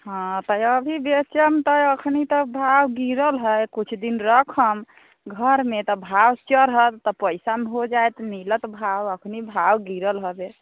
हँ तऽ अभी बेचम तऽ एखन तऽ भाव गिरल हइ किछु दिन रखम घरमे तऽ भाव चढ़त तऽ पइसा हो जाइत मिलत भाव एखन भाव गिरल हवे